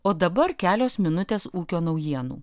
o dabar kelios minutės ūkio naujienų